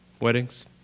Weddings